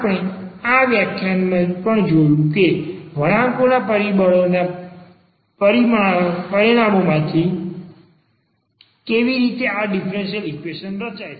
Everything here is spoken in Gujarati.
આપણે આ વ્યાખ્યાનમાં પણ જોયું છે કે વણાંકો ના પરિબળો ના પરિમાણો માંથી કેવી રીતે આ ડીફરન્સીયલ ઈક્વેશન રચાય છે